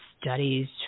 studies